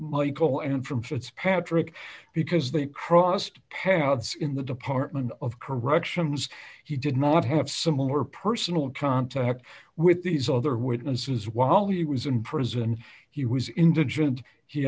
michael and from fitzpatrick because they crossed paths in the department of corrections he did not have similar personal contact with these other witnesses while he was in prison he was indigent he